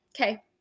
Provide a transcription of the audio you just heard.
Okay